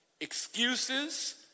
excuses